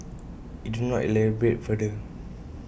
IT did not elaborate further